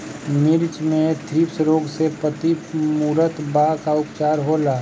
मिर्च मे थ्रिप्स रोग से पत्ती मूरत बा का उपचार होला?